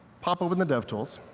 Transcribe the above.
pop open the devtools.